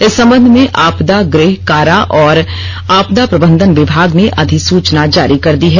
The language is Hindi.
इस संबंध में आपदा गृह कारा और आपदा प्रबंधन विभाग ने अधिसूचना जारी कर दी है